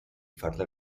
farla